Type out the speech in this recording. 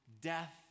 death